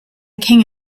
king